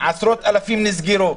עשרות אלפים נסגרו.